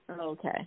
Okay